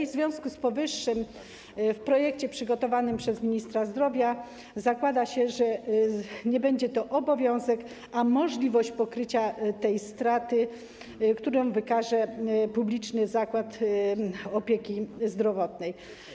W związku z powyższym w projekcie przygotowanym przez ministra zdrowia zakłada się, że nie będzie to obowiązek, a możliwość pokrycia straty, którą wykaże publiczny zakład opieki zdrowotnej.